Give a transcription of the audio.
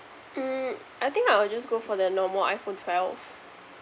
mm I think I'll just go for the normal iphone twelve